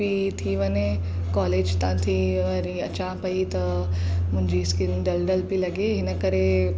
बि थी वञे कॉलेज त थी वरी अचां पई त मुंहिंजी स्किन डल डल पई लॻे हिन करे